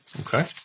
Okay